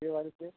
বিয়ে বাড়িতে